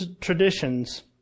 traditions